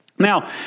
Now